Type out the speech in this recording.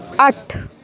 ਅੱਠ